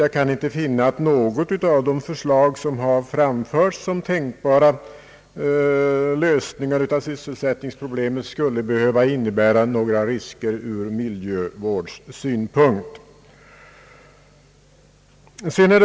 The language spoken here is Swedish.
Jag kan inte finna att något av de förslag som har framförts som tänkbara lösningar av sysselsättningsproblemet skulle behöva innebära några risker från miljövårdssynpunkt.